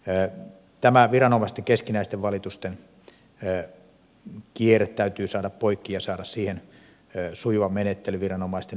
tämä viranomaisten keskinäisten valitusten kierre täytyy saada poikki ja saada siihen sujuva menettely viranomaisten yhteistyöllä